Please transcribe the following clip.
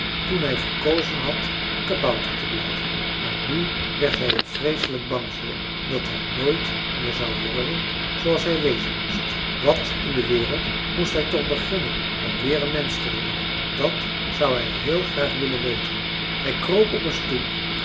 toen hij verkozen had een kabouter te blijven maar nu werd hij er vreeselijk bang voor dat hij nooit meer zou worden zooals hij wezen moest wat in de wereld moest hij toch beginnen om weer een mensch te worden dat zou hij heel graag willen weten hij kroop op een stoep